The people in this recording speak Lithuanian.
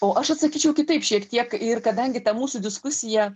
o aš atsakyčiau kitaip šiek tiek ir kadangi ta mūsų diskusija